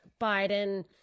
Biden